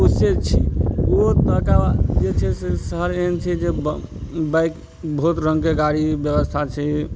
ओ से ओ तक जे छै से शहर एहन छै जे बाइक बहुत रङ्गके गाड़ी व्यवस्था छै